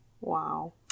wow